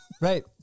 Right